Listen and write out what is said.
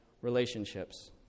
relationships